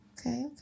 Okay